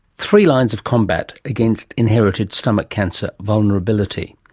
three lines of combat against inherited stomach cancer vulnerability.